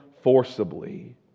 forcibly